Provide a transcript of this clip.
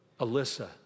Alyssa